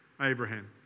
Abraham